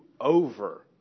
over